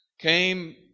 came